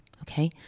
okay